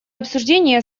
обсуждения